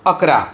अकरा